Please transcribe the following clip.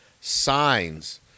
Signs